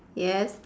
yes